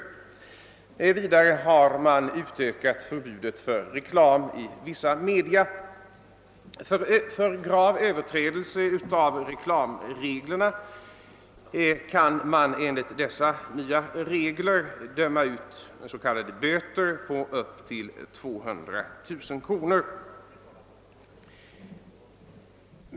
Vidare har man utökat förbudet mot reklam i vissa media. För grov överträdelse av reklamreglerna kan man döma ut vad man kallar för böter upp till 200 000 kronor.